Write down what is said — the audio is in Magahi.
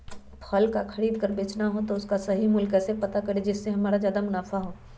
फल का खरीद का बेचना हो तो उसका सही मूल्य कैसे पता करें जिससे हमारा ज्याद मुनाफा हो?